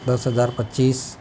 દસ હજાર પચીસ